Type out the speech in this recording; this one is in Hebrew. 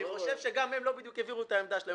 אני חושב שגם הם לא בדיוק הבהירו את העמדה שלהם.